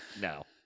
no